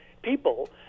people